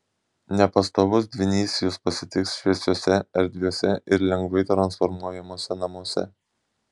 nepastovus dvynys jus pasitiks šviesiuose erdviuose ir lengvai transformuojamuose namuose